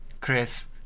Chris